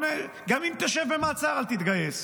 גם אם תשב במעצר אל תתגייס?